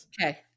Okay